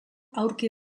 aurki